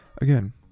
again